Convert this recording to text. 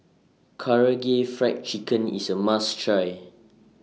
Karaage Fried Chicken IS A must Try